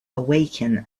awaken